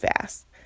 fast